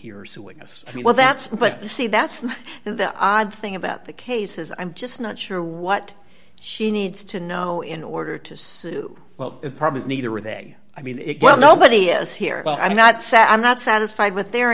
mean well that's but see that's the odd thing about the cases i'm just not sure what she needs to know in order to sue well it probably is neither are they i mean well nobody is here but i'm not so i'm not satisfied with their